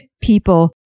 people